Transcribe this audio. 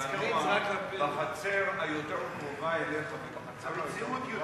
שהנוער בחצר היותר קרובה אליך ובחצר היותר